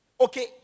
Okay